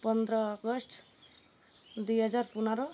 ପନ୍ଦର ଅଗଷ୍ଟ ଦୁଇ ହଜାର ପନ୍ଦର